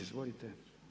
Izvolite.